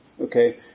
okay